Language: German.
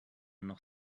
noch